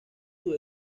sus